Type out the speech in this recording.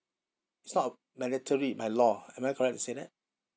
it's not mandatory by law am I correct to say that